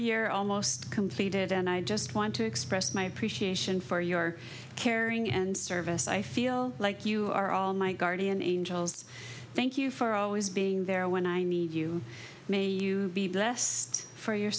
year almost completed and i just want to express my appreciation for your caring and service i feel like you are all my guardian angels thank you for always being there when i need you may you be blessed for your